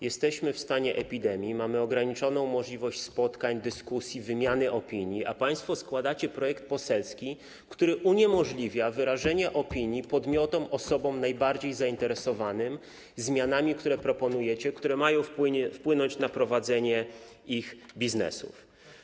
Jesteśmy w stanie epidemii, mamy ograniczoną możliwość spotkań, dyskusji, wymiany opinii, a państwo składacie projekt poselski, który uniemożliwia wyrażenie opinii podmiotom, osobom najbardziej zainteresowanym zmianami, które proponujecie, które mają wpłynąć na prowadzenie ich biznesów.